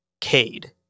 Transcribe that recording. Cade